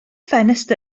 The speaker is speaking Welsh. ffenest